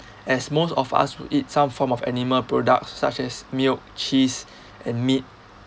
as most of us would eat some form of animal product such as milk cheese and meat